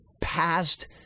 past